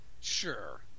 Sure